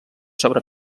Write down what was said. sobre